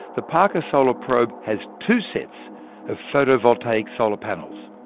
the parker solar probe has two sets of photovoltaic solar panels.